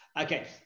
Okay